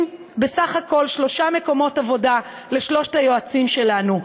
בסך הכול שלושה מקומות עבודה לשלושת היועצים שלנו,